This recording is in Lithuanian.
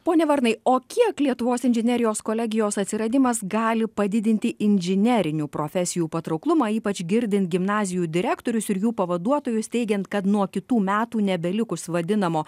pone varnai o kiek lietuvos inžinerijos kolegijos atsiradimas gali padidinti inžinerinių profesijų patrauklumą ypač girdint gimnazijų direktorius ir jų pavaduotojus teigiant kad nuo kitų metų nebelikus vadinamo